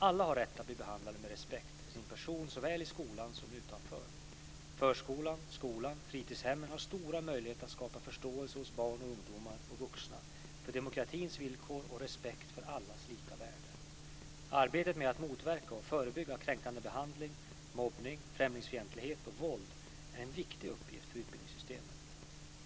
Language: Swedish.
Alla har rätt att bli behandlade med respekt för sin person såväl i skolan som utanför. Förskolan, skolan och fritidshemmen har stora möjligheter att skapa förståelse hos barn, ungdomar och vuxna för demokratins villkor och respekt för allas lika värde. Arbetet med att motverka och förebygga kränkande behandling, mobbning, främlingsfientlighet och våld är en viktig uppgift för utbildningssystemet.